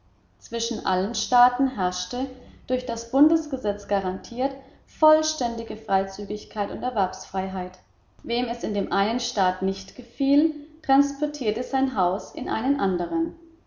zwischen allen staaten herrschte durch das bundesgesetz garantiert vollständige freizügigkeit und erwerbsfreiheit wem es in dem einen staat nicht gefiel transportierte sein haus in einen andern